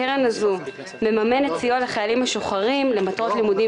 הקרן הזו מממנת סיוע לחיילים משוחררים למטרות לימודים